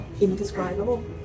Indescribable